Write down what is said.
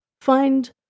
Find